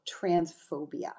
transphobia